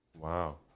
Wow